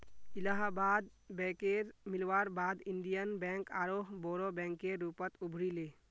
इलाहाबाद बैकेर मिलवार बाद इन्डियन बैंक आरोह बोरो बैंकेर रूपत उभरी ले